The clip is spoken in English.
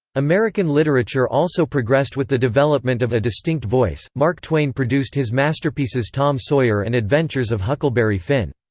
american literature also progressed with the development of a distinct voice mark twain produced his masterpieces tom sawyer and adventures of huckleberry finn.